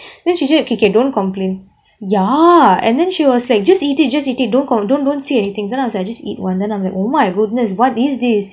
then she say okay okay don't complain ya and then she was like just eat it just eat it don't don't don't say anything then I was like I'll just eat one then I'm like oh my goodness what is this